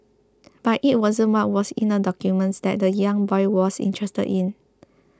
but it wasn't what was in the documents that the young boy was interested in